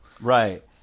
Right